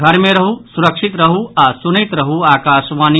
घर मे रहू सुरक्षित रहू आ सुनैत रहू आकाशवाणी